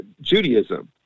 Judaism